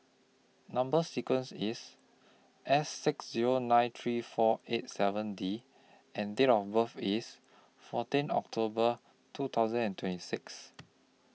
Number sequence IS S six Zero nine three four eight seven D and Date of birth IS fourteen October two thousand and twenty six